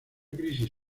crisis